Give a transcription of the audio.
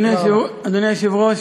אדוני היושב-ראש,